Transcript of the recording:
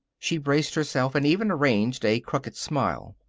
she braced herself and even arranged a crooked smile.